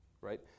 Right